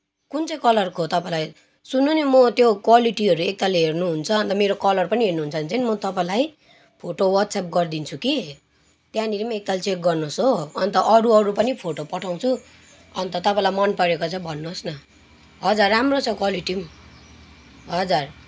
कुन चाहिँ कलरको तपाईँलाई सुन्नु नि म त्यो क्वालिटीहरू एकताल हेर्नुहुन्छ अन्त मेरो कलर पनि हेर्नुहुन्छ भने चाहिँ म तपाईँलाई फोटो वाट्सएप गरिदिन्छु कि त्यहाँनिर पनि एकताल चेक गर्नुहोस् हो अन्त अरू अरू पनि फोटो पठाउँछु अन्त तपाईँलाई मनपरेको चाहिँ भन्नुहोस् न हजुर राम्रो छ क्वालिटी पनि हजुर